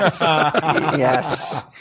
yes